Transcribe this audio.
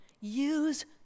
Use